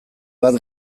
bat